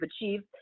achieved